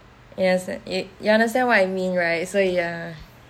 you understan~ you understand what I mean right so ya